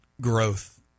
growth